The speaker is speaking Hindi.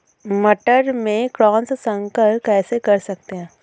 मटर में क्रॉस संकर कैसे कर सकते हैं?